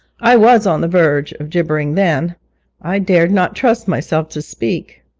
i was on the verge of gibbering then i dared not trust myself to speak.